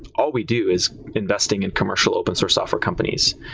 all we do is investing in commercial open source software companies.